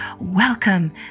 Welcome